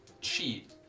cheat